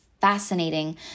fascinating